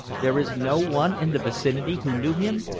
there is no one in the vicinity who knew him?